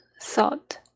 thought